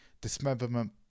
dismemberment